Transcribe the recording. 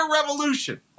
revolution